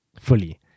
fully